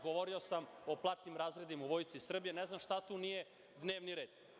Govorio sam o platnim razredima u Vojsci Srbije, ne znam šta tu nije dnevni red.